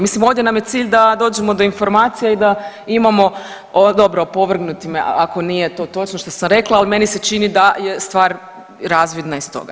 Mislim ovdje nam je cilj da dođemo do informacija i da imamo dobro opovrgnute me ako nije to točno što sam rekla, ali meni se čini da je stvar razvidna iz toga.